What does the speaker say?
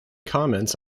comments